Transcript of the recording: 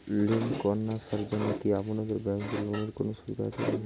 Lymph ক্যানসারের জন্য কি আপনাদের ব্যঙ্কে লোনের কোনও সুবিধা আছে?